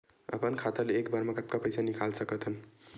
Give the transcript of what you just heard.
अपन खाता ले एक बार मा कतका पईसा निकाल सकत हन?